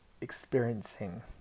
experiencing